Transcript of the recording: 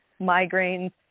migraines